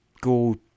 go